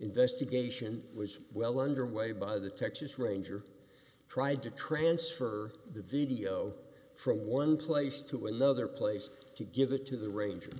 investigation was well underway by the texas ranger tried to transfer the video from one place to another place to give it to the ranger